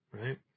right